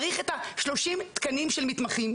צריך את ה-30 תקנים של מתמחים,